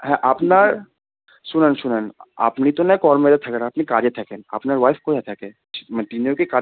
হ্যাঁ আপনার শুনেন শুনেন আপনি তো না কর্মেতে থাকেন আপনি কাজে থাকেন আপনার ওয়াইফ কোথায় থাকে মানে তিনিও কি কাজ